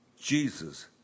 Jesus